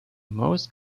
most